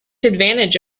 advantage